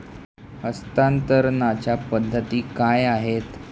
हस्तांतरणाच्या पद्धती काय आहेत?